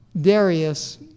Darius